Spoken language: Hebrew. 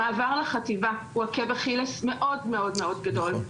המעבר לחטיבה הוא עקב אכילס מאוד מאוד גדול.